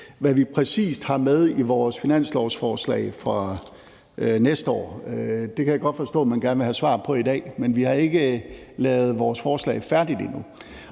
Hvad vi præcis har med i vores finanslovsforslag næste år, kan jeg godt forstå man gerne vil have svar på i dag, men vi har ikke lavet vores forslag færdigt endnu.